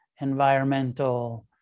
environmental